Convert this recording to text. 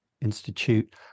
Institute